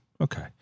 okay